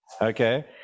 Okay